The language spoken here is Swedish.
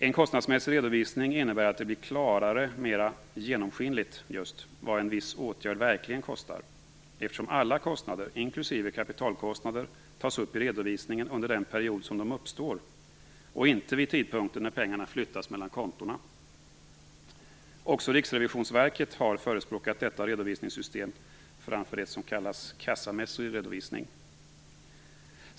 En kostnadsmässig redovisning innebär att det blir klarare, mera "genomskinligt", vad en viss åtgärd verkligen kostar, eftersom alla kostnader, inklusive kapitalkostnader tas upp i redovisningen under den period som de uppstår och inte vid tidpunkten då pengarna flyttas mellan kontona. Också Riksrevisionsverket har förespråkat detta redovisningssystem framför det som kallas kassamässig redovisning.